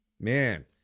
Man